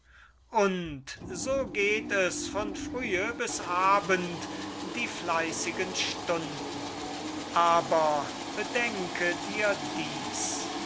und so geht es von frühe bis abend die fleißigen stunden aber bedenke dir dies